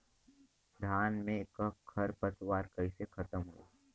धान में क खर पतवार कईसे खत्म होई?